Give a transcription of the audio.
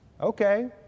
Okay